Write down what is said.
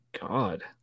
God